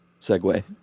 segue